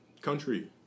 Country